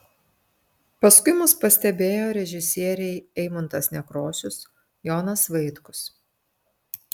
paskui mus pastebėjo režisieriai eimuntas nekrošius jonas vaitkus